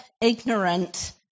ignorant